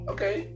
Okay